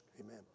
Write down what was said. Amen